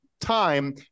time